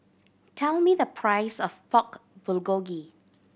tell me the price of Pork Bulgogi